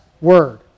Word